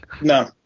No